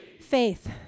faith